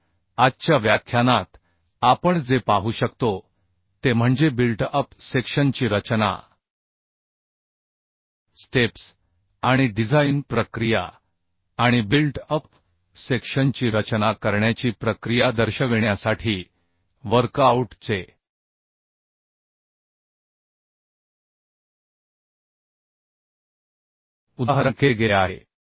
तर आजच्या व्याख्यानात आपण जे पाहू शकतो ते म्हणजे बिल्ट अप सेक्शनची रचना स्टेप्स आणि डिझाइन प्रक्रिया आणि बिल्ट अप सेक्शनची रचना करण्याची प्रक्रिया दर्शविण्यासाठी वर्कआऊट चे उदाहरण केले गेले आहे